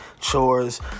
chores